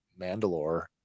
Mandalore